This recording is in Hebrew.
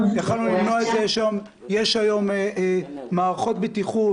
יש היום מערכות בטיחות